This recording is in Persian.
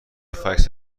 فکس